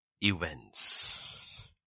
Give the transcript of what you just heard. events